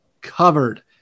covered